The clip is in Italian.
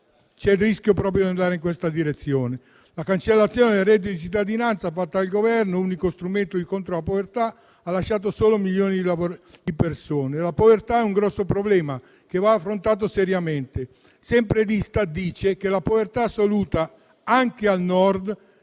C'è il rischio di andare proprio in questa direzione. La cancellazione del reddito di cittadinanza fatta dal Governo, unico strumento contro la povertà, ha lasciato sole milioni di persone. La povertà è un grosso problema che va affrontato seriamente. Sempre l'Istat dice che la povertà assoluta, anche al Nord,